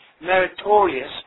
meritorious